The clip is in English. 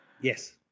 yes